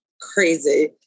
crazy